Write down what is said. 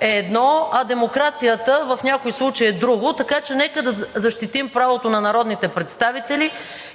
е едно, а демокрацията в някои случаи е друго. Така че нека да защитим правото на народните представители